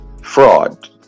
fraud